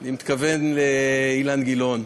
אני מתכוון לאילן גילאון,